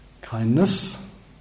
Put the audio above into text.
kindness